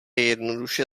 jednoduše